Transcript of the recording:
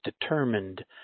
determined